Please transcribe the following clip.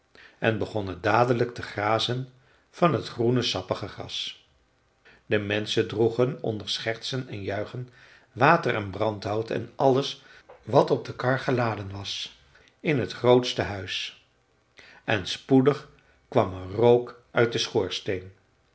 en begonnen dadelijk te grazen van t groene sappige gras de menschen droegen onder schertsen en juichen water en brandhout en alles wat op de kar geladen was in het grootste huis en spoedig kwam er rook uit den schoorsteen